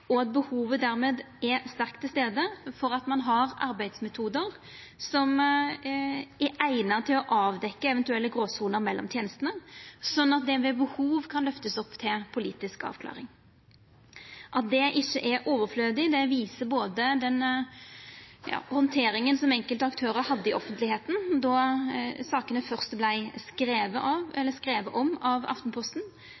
og at behovet dermed er sterkt til stades for at ein har arbeidsmetodar som er eigna til å avdekkja eventuelle gråsoner mellom tenestene, sånn at det ved behov kan løftast opp til politisk avklaring. At det ikkje er overflødig, viser både den handteringa som enkelte aktørar hadde i offentlegheita då sakene først vart skrivne om av